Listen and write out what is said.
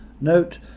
Note